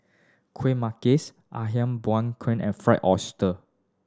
Kueh Manggis aham buah and fry oyster